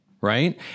right